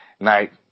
night